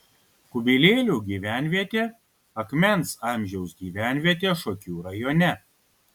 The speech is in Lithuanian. kubilėlių gyvenvietė akmens amžiaus gyvenvietė šakių rajone